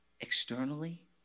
externally